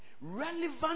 Relevant